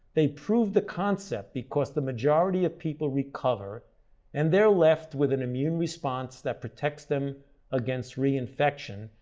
they proved the concept because the majority of people recover and they're left with an immune response that protects them against reinfection.